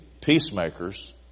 peacemakers